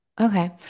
Okay